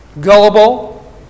Gullible